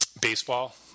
baseball